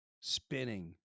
spinning